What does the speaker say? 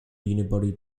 unibody